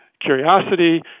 curiosity